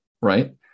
right